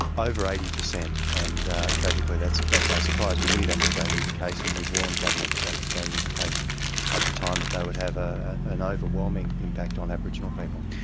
over eighty percent, and tragically that's that's no surprise, we knew that was going to be the case and we had warned government that that was going to be the case at the time, that they would have ah an overwhelming impact on aboriginal people.